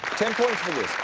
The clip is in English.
ten points for yeah